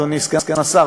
אדוני סגן השר,